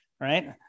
right